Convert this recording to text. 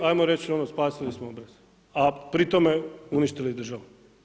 I ajmo reći, spasili smo obraz, a pri tome uništili državu.